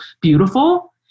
beautiful